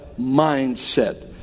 mindset